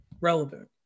relevant